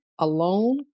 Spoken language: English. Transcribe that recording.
Alone